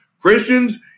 Christians